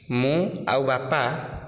ମୁଁ ଆଉ ବାପା